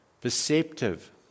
perceptive